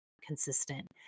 consistent